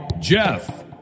Jeff